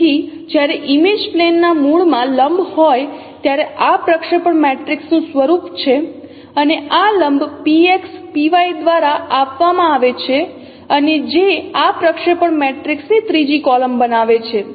તેથી જ્યારે image plane ના મૂળમાં લંબ હોય ત્યારે આ પ્રક્ષેપણ મેટ્રિક્સનું સ્વરૂપ છે અને આ લંબ px py દ્વારા આપવામાં આવે છે અને જે આ પ્રક્ષેપણ મેટ્રિક્સની ત્રીજી કોલમ બનાવે છે